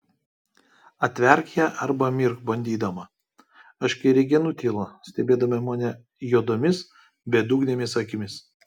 atverk ją arba mirk bandydama aiškiaregė nutilo stebėdama mane juodomis bedugnėmis akimis